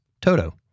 Toto